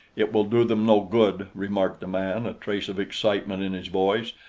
it will do them no good, remarked the man, a trace of excitement in his voice.